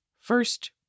First